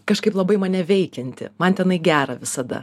kažkaip labai mane veikianti man tenai gera visada